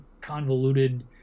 convoluted